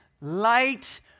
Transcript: light